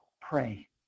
pray